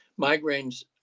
migraines